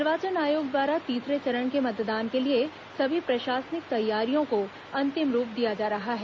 निर्वाचन आयोग द्वारा तीसरे चरण के मतदान के लिए सभी प्रशासनिक तैयारियों को अंतिम रूप दिया जा रहा है